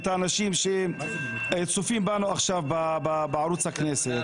את האנשים שהם צופים בנו עכשיו בערוץ הכנסת,